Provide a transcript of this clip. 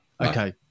Okay